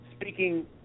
speaking